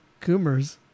Coomers